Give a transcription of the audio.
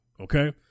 okay